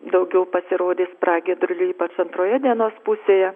daugiau pasirodys pragiedruliai ypač antroje dienos pusėje